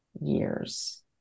years